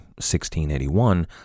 1681